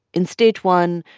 in stage one,